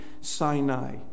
Sinai